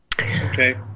Okay